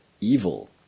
evil